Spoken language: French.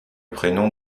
prénom